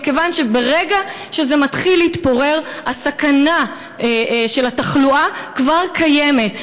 מכיוון שברגע שזה מתחיל להתפורר הסכנה של התחלואה כבר קיימת.